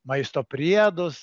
maisto priedus